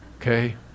Okay